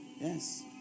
Yes